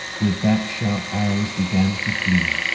with that sharp arrows began to flee,